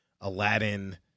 Aladdin